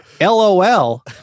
LOL